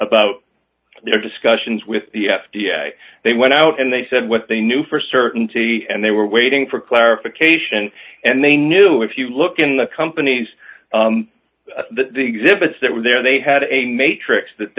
about their discussions with the f d a they went out and they said what they knew for certainty and they were waiting for clarification and they knew if you look in the companies the exhibits that were there they had a matrix that